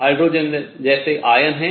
hydrogen जैसे ion हैं